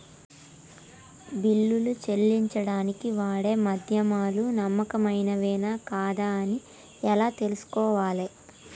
బిల్లులు చెల్లించడానికి వాడే మాధ్యమాలు నమ్మకమైనవేనా కాదా అని ఎలా తెలుసుకోవాలే?